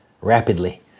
Rapidly